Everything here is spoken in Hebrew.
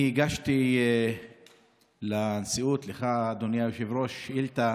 אני הגשתי לנשיאות, לך, אדוני היושב-ראש, שאילתה